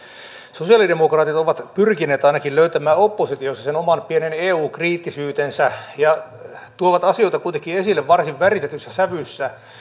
sosialidemokraatit ovat ainakin pyrkineet löytämään oppositiossa sen oman pienen eu kriittisyytensä mutta tuovat asioita esille varsin väritetyssä sävyssä